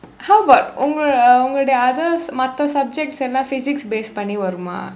how about உங்களுடைய உங்களுடைய:ungkaludaiya ungkaludaiya others மற்ற:marra subjects எல்லாம்:ellaam physics based பண்ணி வருமா:panni varumaa